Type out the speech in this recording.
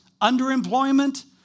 underemployment